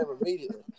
immediately